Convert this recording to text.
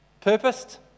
Purposed